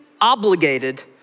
obligated